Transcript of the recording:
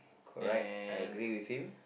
correct I agree with you